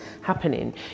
happening